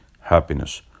happiness